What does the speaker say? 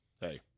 Hey